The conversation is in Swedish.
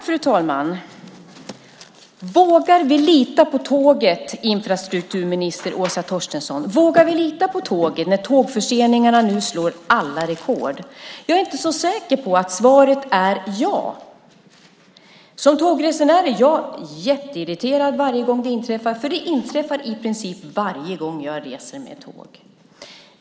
Fru talman! Vågar vi lita på tåget, infrastrukturminister Åsa Torstensson? Vågar vi lita på tåget när tågförseningarna nu slår alla rekord? Jag är inte så säker på att svaret är ja. Som tågresenär är jag jätteirriterad varje gång det inträffar, för det inträffar i princip varje gång jag reser med tåg.